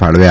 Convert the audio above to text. ફાળવ્યા